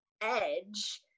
edge